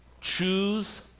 Choose